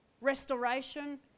restoration